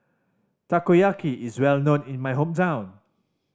takoyaki is well known in my hometown